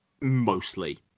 mostly